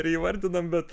ir įvardinam bet